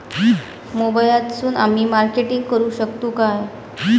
मोबाईलातसून आमी मार्केटिंग करूक शकतू काय?